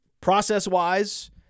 process-wise